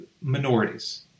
minorities